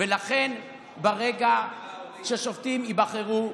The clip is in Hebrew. ולכן, ברגע ששופטים ייבחרו בערכאות,